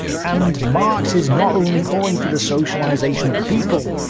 and marx is not only calling for the socialization of the people,